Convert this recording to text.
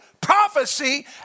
prophecy